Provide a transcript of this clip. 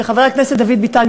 וחבר הכנסת דוד ביטן,